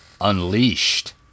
unleashed